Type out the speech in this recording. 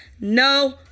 no